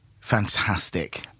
fantastic